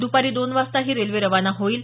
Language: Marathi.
दपारी दोन वाजता ही रेल्वे रवाना होईल